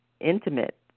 intimate